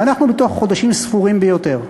ואנחנו בתוך חודשים ספורים ביותר,